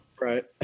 right